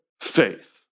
faith